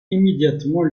immédiatement